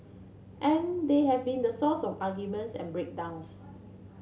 and they have been the source of arguments and break downs